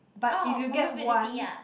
but if you get one